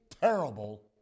terrible